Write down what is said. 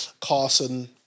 Carson